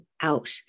out